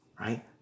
right